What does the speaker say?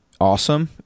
awesome